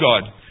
God